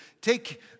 take